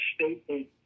statement